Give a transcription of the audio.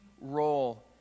role